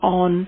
on